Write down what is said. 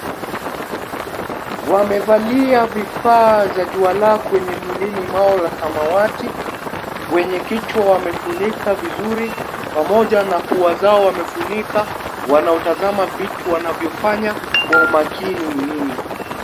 Wamevalia vivaa za jualaa kwenye miwilini mwao wa samawati vichwa wamefunika vizuri pamoja na pia zao wamefunika wanaotazama vitu wanaofanya kwa umakini nini.